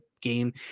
game